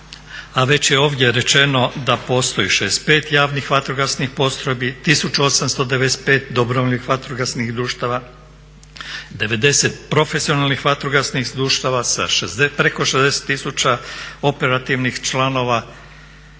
a već je ovdje rečeno da postoji 65 javnih vatrogasnih postrojbi, 1895 dobrovoljnih vatrogasnih društava, 90 profesionalnih vatrogasnih društava sa preko 60 tisuća operativnih članova